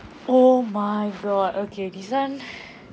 oh my god okay this [one]